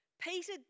Peter